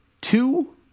two